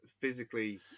physically